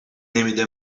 نمیده